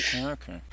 Okay